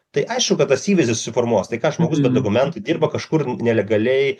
tai aišku kad tas įvaizdis suformuos tai ką žmogus be dokumentų dirba kažkur nelegaliai